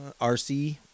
RC